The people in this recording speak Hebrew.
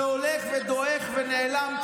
שהולך ודועך ונעלם.